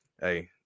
hey